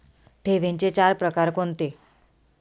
ठेवींचे चार प्रकार कोणते?